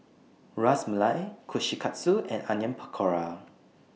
Ras Malai Kushikatsu and Onion Pakora